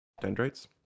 dendrites